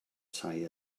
tai